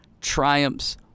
triumphs